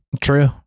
true